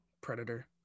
Predator